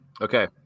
Okay